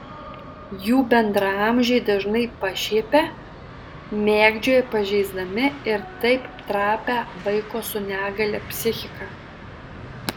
jų bendraamžiai dažnai pašiepia mėgdžioja pažeisdami ir taip trapią vaiko su negalia psichiką